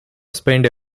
spend